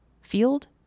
Field